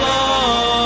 Love